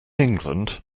england